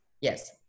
Yes